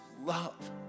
love